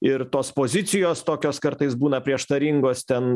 ir tos pozicijos tokios kartais būna prieštaringos ten